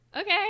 okay